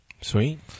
Sweet